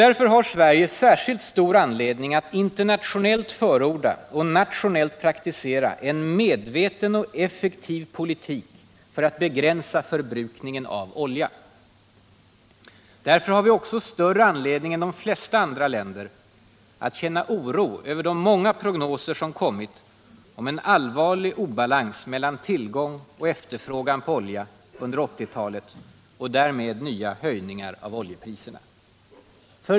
Därför har Sverige särskilt stor anledning att internationellt förorda och nationellt praktisera en medveten och effektiv politik för att begränsa förbrukningen av olja. Därför har vi också större anledning än de flesta andra länder att känna oro över de många prognoser som kommit om en allvarlig obalans mellan tillgång och efterfrågan på olja under 1980-talet och därmed nya höjningar av oljepriserna.